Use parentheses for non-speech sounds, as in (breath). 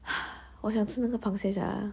(breath) 我想吃那个螃蟹 sia